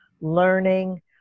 learning